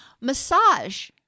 Massage